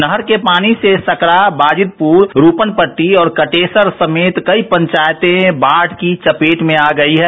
नहर के पानी से सकरा वाजिदपुर रूपनपट्टी और कटेसर समेत कई पचायते बाढ़ की चपेट में आ गयी है